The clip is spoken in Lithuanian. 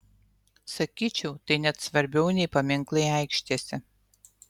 sakyčiau tai net svarbiau nei paminklai aikštėse